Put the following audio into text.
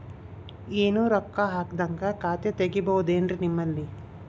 ಏನು ರೊಕ್ಕ ಹಾಕದ್ಹಂಗ ಖಾತೆ ತೆಗೇಬಹುದೇನ್ರಿ ನಿಮ್ಮಲ್ಲಿ?